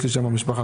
יש לי שם משפחה.